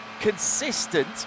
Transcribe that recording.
consistent